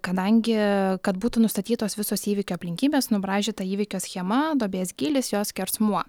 kadangi kad būtų nustatytos visos įvykio aplinkybės nubraižyta įvykio schema duobės gylis jos skersmuo